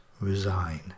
resign